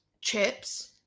chips